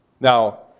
Now